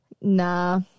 Nah